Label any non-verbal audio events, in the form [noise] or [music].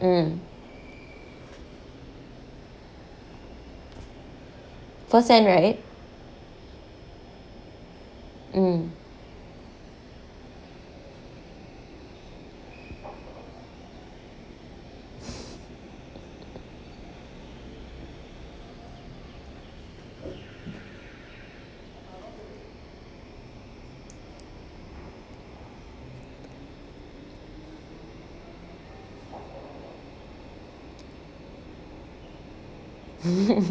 mm first hand right mm [laughs]